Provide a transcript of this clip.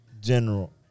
general